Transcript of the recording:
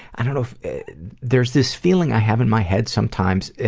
i don't know if there's this feeling i have in my head sometimes,